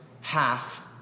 half